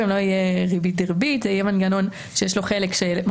אני חייב לומר שאני כמעט מצליח לומר רק חצי משפט כשאת